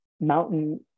mountain